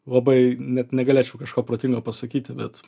labai net negalėčiau kažko protingo pasakyti bet